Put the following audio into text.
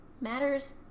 matters